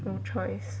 no choice